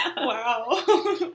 Wow